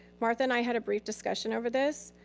martha and i had a brief discussion over this.